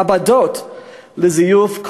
מעבדות לזיוף,